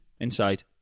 inside